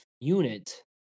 unit